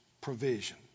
provision